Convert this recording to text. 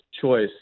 choice